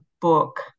book